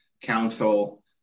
Council